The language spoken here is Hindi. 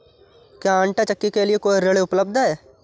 क्या आंटा चक्की के लिए कोई ऋण उपलब्ध है?